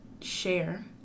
share